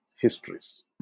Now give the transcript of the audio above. histories